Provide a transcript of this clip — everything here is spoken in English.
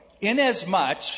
Inasmuch